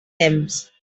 temps